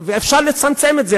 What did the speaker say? ואפשר לצמצם את זה.